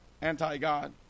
anti-God